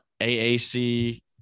AAC